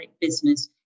business